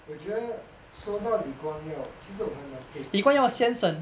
我觉得说到李光耀其实我还蛮佩服他